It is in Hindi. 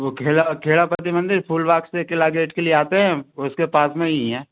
वो खेड़ा खेड़ापति मंदिर फूलबाग से किला गेट के लिए आते हैं उसके पास में ही है